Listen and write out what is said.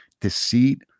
deceit